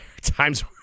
times